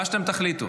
מה שאתם תחליטו.